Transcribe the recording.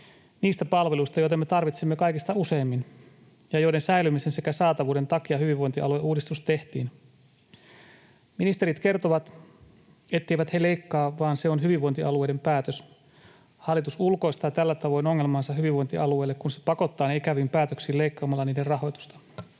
niistä palveluista, joita me tarvitsemme kaikista useimmin ja joiden säilymisen sekä saatavuuden takia hyvinvointialueuudistus tehtiin. Ministerit kertovat, etteivät he leikkaa vaan se on hyvinvointialueiden päätös. Hallitus ulkoistaa tällä tavoin ongelmansa hyvinvointialueille, kun se pakottaa ne ikäviin päätöksiin leikkaamalla niiden rahoitusta.